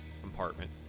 compartment